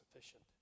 sufficient